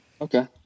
Okay